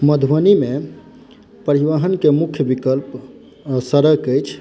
मधुबनी मे परिवहन के मुख्य विकल्प सड़क अछि